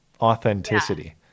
authenticity